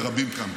וגם רבים כאן.